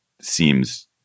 seems